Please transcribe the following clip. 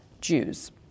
Jews